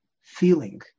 feeling